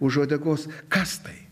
už uodegos kas tai